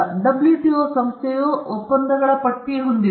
WTO ಸಂಸ್ಥೆಯು ಮತ್ತು ಇದು ಒಪ್ಪಂದಗಳ ಪಟ್ಟಿಯಾಗಿದೆ